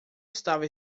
estava